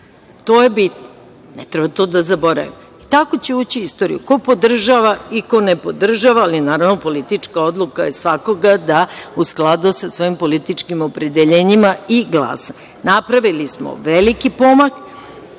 To je bitno. Ne treba to da zaboravimo. Tako će ući u istoriju i ko podržava i ko ne podržava, ali naravno politička odluka je svakoga da u skladu sa svojim političkim opredeljenjima i glasa. Napravili smo veliki pomak.